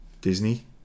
Disney